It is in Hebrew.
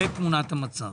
זו תמונת המצב.